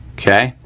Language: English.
okay.